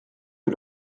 que